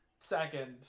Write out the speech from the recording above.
second